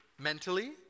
mentally